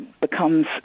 becomes